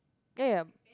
ya ya ya